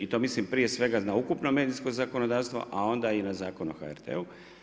I to mislim prije svega na ukupno medijsko zakonodavstvo, a onda i na Zakon o HRT-u.